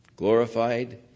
Glorified